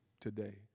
today